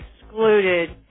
excluded